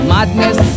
Madness